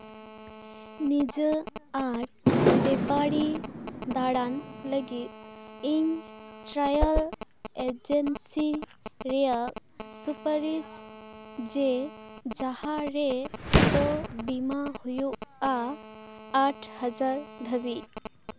ᱱᱤᱡᱟᱹ ᱟᱨ ᱵᱮᱯᱟᱨᱤ ᱫᱟᱬᱟᱱ ᱞᱟᱹᱜᱤᱫ ᱤᱧ ᱴᱨᱟᱭᱟᱞ ᱮᱡᱮᱱᱥᱤ ᱨᱮᱭᱟᱜ ᱥᱩᱯᱟᱨᱤᱥ ᱡᱮ ᱡᱟᱦᱟᱸ ᱨᱮᱫᱚ ᱵᱤᱢᱟ ᱦᱩᱭᱩᱜᱼᱟ ᱟᱴ ᱦᱟᱡᱟᱨ ᱫᱷᱟᱹᱵᱤᱡ